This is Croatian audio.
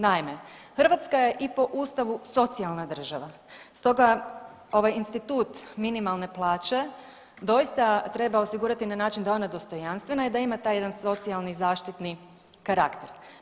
Naime, Hrvatska je i po Ustavu socijalna država, stoga ovaj institut minimalne plaće doista treba osigurati na način da je ona dostojanstvena i da ima taj jedan socijalni zaštitni karakter.